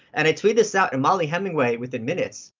and i tweeted this out, and mollie hemingway, within minutes,